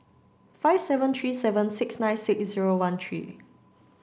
five seven three seven six nine six zero one three